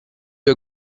you